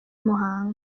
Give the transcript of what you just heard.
muhanga